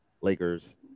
Lakers